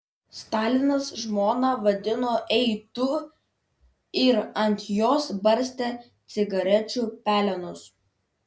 stalinas žmoną vadino ei tu ir ant jos barstė cigarečių pelenus